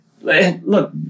look